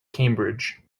cambridge